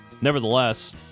nevertheless